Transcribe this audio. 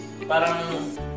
Parang